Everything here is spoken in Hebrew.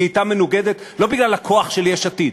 לא בגלל הכוח של יש עתיד,